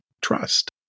trust